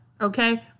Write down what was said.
okay